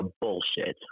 bullshit